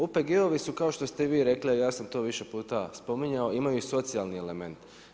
OPG-ovi su kao što ste i vi rekli, a ja sam to više puta spominjao, imaju i socijalni element.